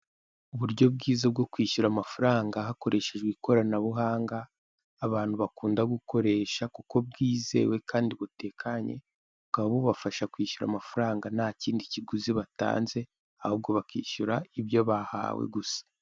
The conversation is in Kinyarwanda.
Uburyo bwiza bwo kwishyura amafaranga hakoreshejwe ikoranabuhanga, abantu bakunda gukoresha kuko bwizewe kandi butekanye. Bukaba bubafasha kwishyura amafaranga nta kindi kiguzi batanze, ahubwo bakishyura ibyo bahawe gusa.